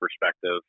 perspective